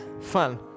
fun